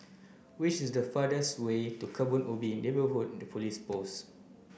which is the fastest way to Kebun Ubi Neighbourhood Police Post